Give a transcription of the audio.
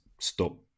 stop